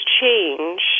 change